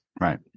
Right